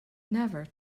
never